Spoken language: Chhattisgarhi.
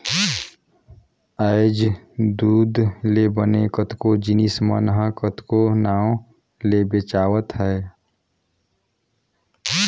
आयज दूद ले बने कतको जिनिस मन ह कतको नांव ले बेंचावत हे